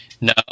No